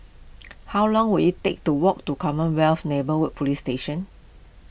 how long will it take to walk to Commonwealth Neighbourhood Police Station